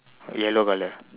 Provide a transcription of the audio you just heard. yellow colour